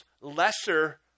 lesser